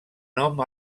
nom